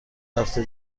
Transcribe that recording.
هفته